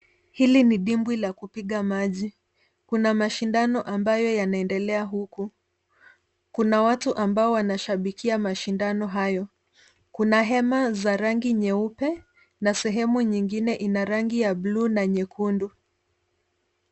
Hili ni dimbwi la kupiga maji. Kuna mashindano ambayo yanaedelea huku. Kuna watu ambao wanashambikia mashindano hayo. Kuna hema za rangi nyeupe na sehemu nyingine ina rangi ya buluu na nyekundu.